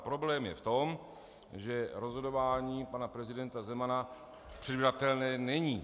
A problém je v tom, že rozhodování pana prezidenta Zemana předvídatelné není.